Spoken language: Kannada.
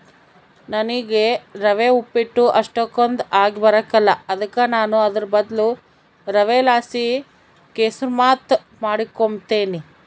ನನಿಗೆ ರವೆ ಉಪ್ಪಿಟ್ಟು ಅಷ್ಟಕೊಂದ್ ಆಗಿಬರಕಲ್ಲ ಅದುಕ ನಾನು ಅದುರ್ ಬದ್ಲು ರವೆಲಾಸಿ ಕೆಸುರ್ಮಾತ್ ಮಾಡಿಕೆಂಬ್ತೀನಿ